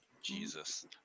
Jesus